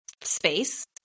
space